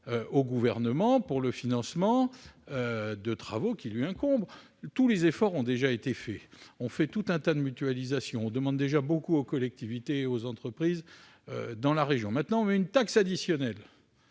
au Gouvernement pour le financement de travaux qui lui incombent. Tous les efforts ont déjà été réalisés : on fait des mutualisations dans tous les sens, on demande déjà beaucoup aux collectivités et aux entreprises dans la région. Maintenant, on crée une taxe additionnelle.